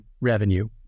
revenue